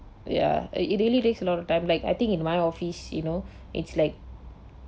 ya it really takes a lot of time like I think in my office you know it's like